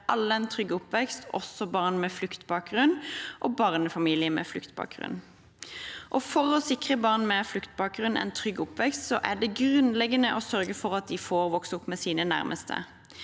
alle en trygg oppvekst, også barn med fluktbakgrunn og barnefamilier med fluktbakgrunn. For å sikre barn med fluktbakgrunn en trygg oppvekst er det grunnleggende å sørge for at de får vokse opp med sine nærmeste.